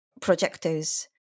projectors